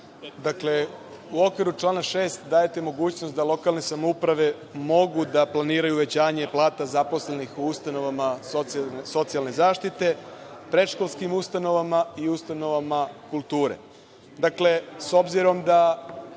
Dakle, u okviru člana 6. dajete mogućnost da lokalne samouprave mogu da planiraju uvećanje plata zaposlenih u ustanovama socijalne zaštite, predškolskim ustanovama i ustanovama kulture.S